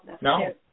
No